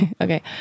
Okay